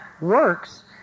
works